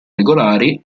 regolari